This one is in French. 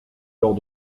leurs